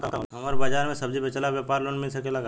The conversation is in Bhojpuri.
हमर बाजार मे सब्जी बेचिला और व्यापार लोन मिल सकेला?